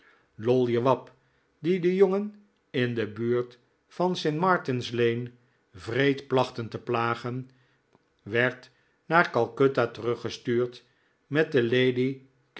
loll jewab dicn de jongens in de buurt van st martin's lane wreed plachten tc plagen werd naar calcutta teruggestuurd met de lady